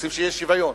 רוצים שיהיה שוויון.